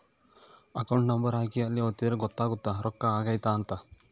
account number ಹಾಕಿ ಅಲ್ಲಿ ಒತ್ತಿದ್ರೆ ಗೊತ್ತಾಗುತ್ತ ರೊಕ್ಕ ಹೊಗೈತ ಅಂತ